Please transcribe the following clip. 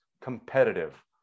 competitive